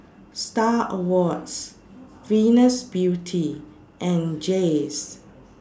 STAR Awards Venus Beauty and Jays